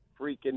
freaking